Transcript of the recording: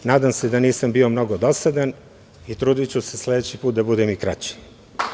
Nadam se da nisam bio mnogo dosadan i trudiću se sledeći put da budem i kraći.